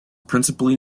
principally